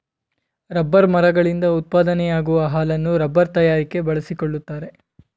rubber ಮರಗಳಿಂದ ಉತ್ಪಾದನೆಯಾಗುವ ಹಾಲನ್ನು ರಬ್ಬರ್ ತಯಾರಿಕೆ ಬಳಸಿಕೊಳ್ಳುತ್ತಾರೆ